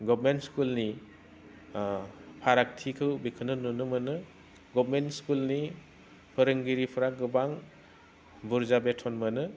government स्कुलनि फारागथिखौ बेखौनो नुनो मोनो गभार्नमेन्ट स्कुलनि फोरोंगिरिफ्रा गोबां बुरजा बेथ'न मोनो